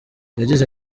yagize